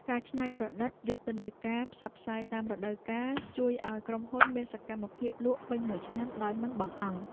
ការច្នៃប្រឌិតយុទ្ធនាការផ្សព្វផ្សាយតាមរដូវកាលជួយឱ្យក្រុមហ៊ុនមានសកម្មភាពលក់ពេញមួយឆ្នាំដោយមិនបង្អង់។